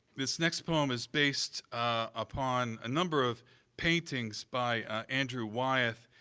this next poem is based upon a number of paintings by andrew wyeth,